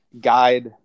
guide